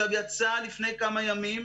יצאה לפני כמה ימים